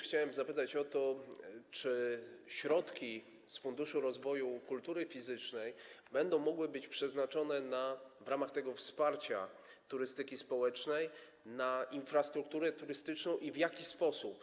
Chcę także zapytać o to, czy środki z Funduszu Rozwoju Kultury Fizycznej będą mogły być przeznaczone w ramach wsparcia turystyki społecznej na infrastrukturę turystyczną i w jaki sposób.